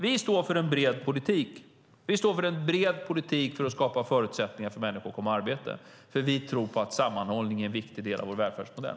Vi står för en bred politik. Vi står för en bred politik för att skapa förutsättningar för människor att komma i arbete, för vi tror att sammanhållning är en viktig del av vår välfärdsmodell.